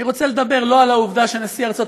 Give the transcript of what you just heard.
אני רוצה לדבר לא על העובדה שנשיא ארצות